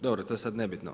Dobro, to je sada nebitno.